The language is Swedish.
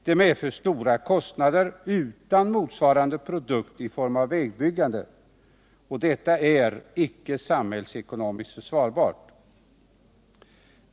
Detta medför stora kostnader utan motsvarande produkt i form av vägbyggande och är inte samhällsekonomiskt försvarbart.